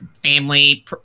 family